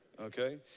Okay